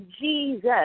Jesus